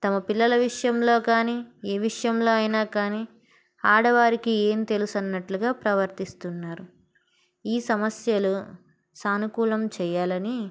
తమ పిల్లల విషయంలో కానీ ఏ విషయంలో అయినా కానీ ఆడవారికి ఏం తెలుసు అన్నట్లుగా ప్రవర్తిస్తున్నారు ఈ సమస్యలు సానుకూలం చేయాలని